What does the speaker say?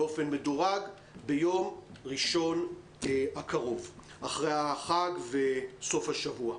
באופן מדורג ביום ראשון הקרוב אחרי החג וסוף השבוע.